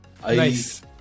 Nice